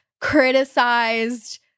criticized